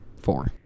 Four